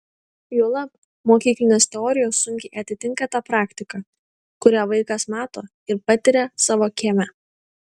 juolab mokyklinės teorijos sunkiai atitinka tą praktiką kurią vaikas mato ir patiria savo kieme